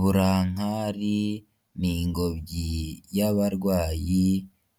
Burangakari ni ingobyi y'abarwayi